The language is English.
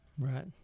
right